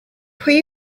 pwy